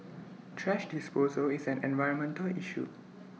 thrash disposal is an environmental issue